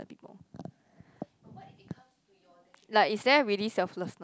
people like is there really selflessness